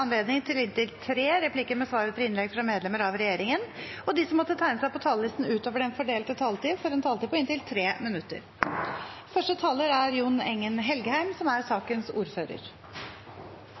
anledning til inntil tre replikker med svar etter innlegg fra medlemmer av regjeringen, og de som måtte tegne seg på talerlisten utover den fordelte taletid, får også en taletid på inntil 3 minutter.